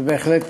זה 40%